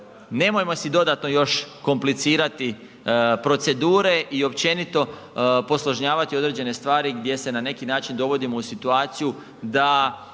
nemojmo si dodatno još komplicirati procedure i općenito posložnjavati određene stvari gdje se na neki način dovodimo u situaciju da